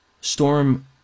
storm